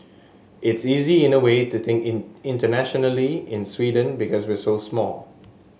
it's easy in a way to think in internationally in Sweden because we're so small